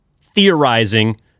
theorizing